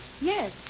Yes